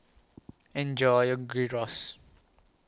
Enjoy your Gyros